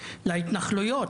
להתנחלויות,